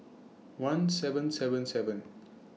one seven seven seven